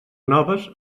noves